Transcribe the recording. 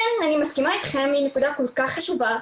כן, אני מסכימה איתכם, זו נקודה כל כך חשובה,